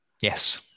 Yes